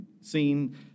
seen